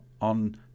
on